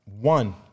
one